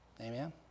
Amen